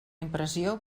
impressió